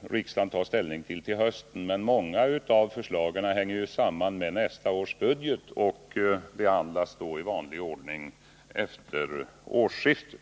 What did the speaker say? riksdagen ta ställning till i höst, men många av förslagen hänger samman med nästa års budget och kommer att behandlas i vanlig ordning efter årsskiftet.